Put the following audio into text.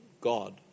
God